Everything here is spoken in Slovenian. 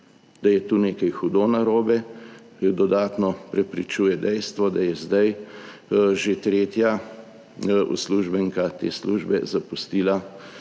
Da je tu nekaj hudo narobe, dodatno prepričuje dejstvo, da je zdaj že tretja uslužbenka te službe zapustila